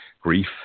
grief